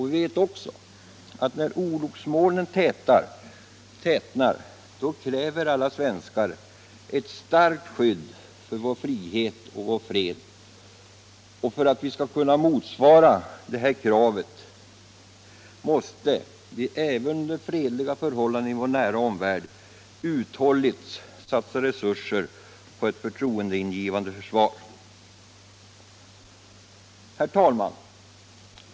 Vi vet också att när orosmolnen tätnar kräver alla svenskar ett starkt skydd för vår frihet och fred och att vi för att kunna motsvara detta krav måste — även under fredliga förhållanden i vår nära omvärld — uthålligt satsa resurser på ett förtroendeingivande försvar. Herr talman!